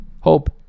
hope